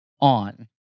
on